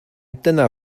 dyna